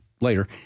later